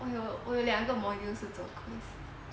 有我有两个 module 是做 quiz